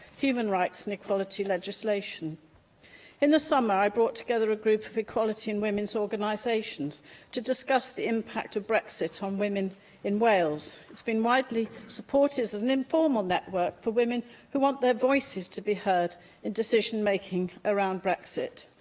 human rights and equalities legislation in the summer, i brought together a group of equality and women's organisations to discuss the impact of brexit on women in wales. it's been widely supported as an informal network for women who want their voices to be heard in decision making around brexit.